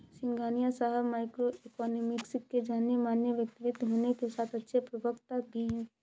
सिंघानिया साहब microeconomics के जानेमाने व्यक्तित्व होने के साथ अच्छे प्रवक्ता भी है